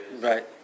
Right